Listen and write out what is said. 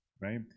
right